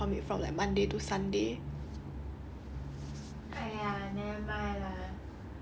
like I got rejected by a lot of people cause I can't fully commit from like monday to sunday